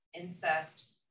incest